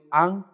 ang